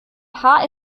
paar